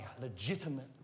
legitimate